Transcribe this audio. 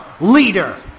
leader